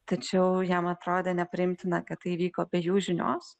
tačiau jam atrodė nepriimtina kad tai įvyko be jų žinios